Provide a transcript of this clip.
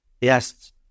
Yes